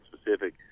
specific